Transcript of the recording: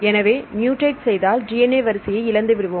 எனவே மூடேட் செய்தால் DNA வரிசையை இழந்து விடுவோம்